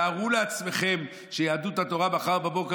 תארו לעצמכם שיהדות התורה מחר בבוקר